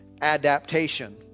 adaptation